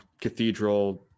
cathedral